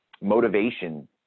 motivation